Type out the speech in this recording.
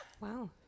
Wow